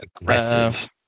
aggressive